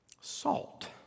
Salt